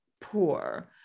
poor